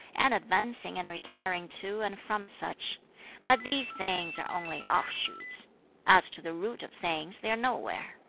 and advancing and retiring to and from such but these things are only offshoots as to the root of things they are nowhere.